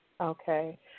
Okay